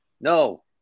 No